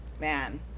Man